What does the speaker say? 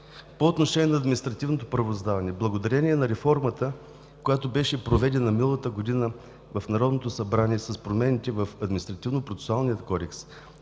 По отношение на административното правораздаване, благодарение на реформата, която беше проведена миналата година в Народното събрание с промените в Административнопроцесуалния кодекс,